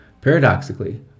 Paradoxically